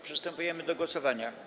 Przystępujemy do głosowania.